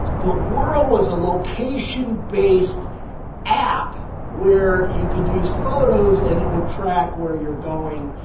but world was a location based app where you could use photos and it would track where you're going.